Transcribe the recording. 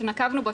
שנקבנו בו,